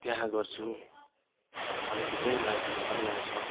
त्यहाँ गर्छु अनि धेरै लाइकहरू पनि आउँछ